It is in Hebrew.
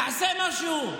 תעשה משהו.